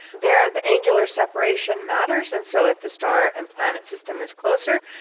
there the angular separation matters, and so if the star and planet system is closer,